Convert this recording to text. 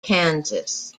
kansas